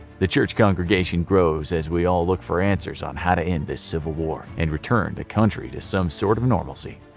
the church congregation grows as we all look for answers on how to end this civil war, and return the country to some sort of normalcy.